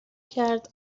کرد